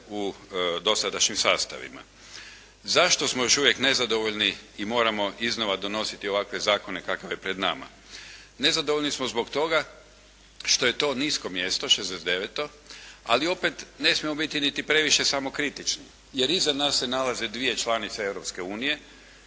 u dosadašnjih sastavima. Zašto smo još uvijek nezadovoljni i moramo iznova donositi ovakav zakon kakav je pred nama. Nezadovoljni smo zbog toga što je to nisko mjesto 69. ali opet ne smijemo biti niti previše samokritični jer iza nas se nalaze dvije članice